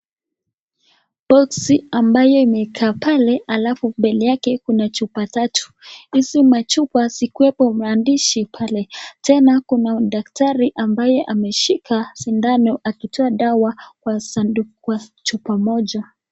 Boxi ambaye imeekwa pale halafu kuna chupa tatu, hizi machupa zikiwemo maandishi pale tena, kuna daktari ambaye ameshika sindano akitoa dawa Kwa chupa moja.